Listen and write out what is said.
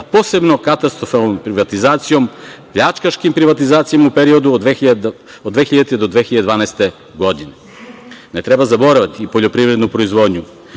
a posebno katastrofalnom privatizacijom, pljačkaškim privatizacijama u periodu od 2000. do 2012. godine. Ne treba zaboraviti i poljoprivrednu proizvodnju.